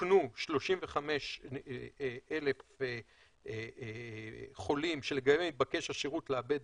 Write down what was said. אוכנו 35,000 חולים שלגביהם נתבקש השירות לעבד